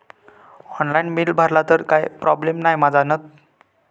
Online bill भरला तर काय प्रोब्लेम नाय मा जाईनत?